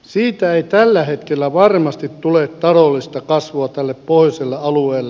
siitä ei tällä hetkellä varmasti tule taloudellista kasvua tälle pohjoiselle alueelle